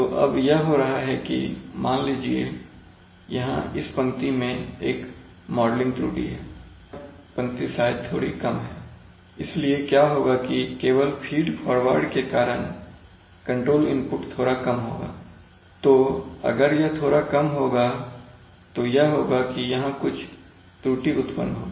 तो अब यह हो रहा है कि मान लीजिए यहां इस पंक्ति में एक मॉडलिंग त्रुटि है यह पंक्ति शायद थोड़ी कम है इसलिए क्या होगा कि केवल फीड फॉरवर्ड के कारण कंट्रोल इनपुट थोड़ा कम होगा तो अगर यह थोड़ा कम होगा तो यह होगा कि यहां कुछ त्रुटि उत्पन्न होगी